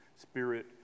spirit